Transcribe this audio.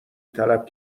طلب